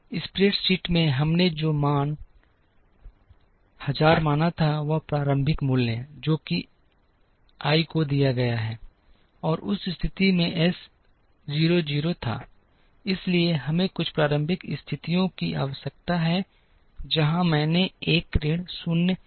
spreadsheet में हमने जो पहला मान हजार माना था वह एक प्रारंभिक मूल्य है जो I को दिया गया है और उस स्थिति में S 0 0 था इसलिए हमें कुछ प्रारंभिक स्थितियों की आवश्यकता है जहां मैंने 1 ऋण शून्य किया है